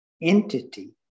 entity